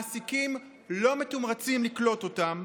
מעסיקים לא מתומרצים לקלוט אותם,